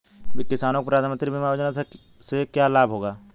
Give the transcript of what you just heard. किसानों को प्रधानमंत्री बीमा योजना से क्या लाभ होगा?